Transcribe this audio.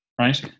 right